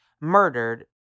murdered